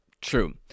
True